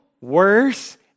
worse